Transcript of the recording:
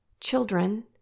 children